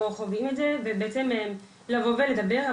או חווים את זה, ובעצם לבוא ולדבר.